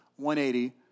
180